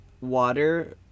water